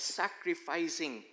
sacrificing